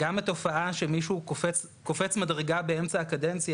גם התופעה שמישהו קופץ מדרגה באמצע הקדנציה,